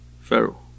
Pharaoh